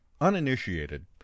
uninitiated